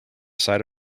side